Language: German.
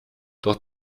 doch